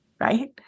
right